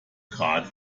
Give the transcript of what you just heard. gerade